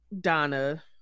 Donna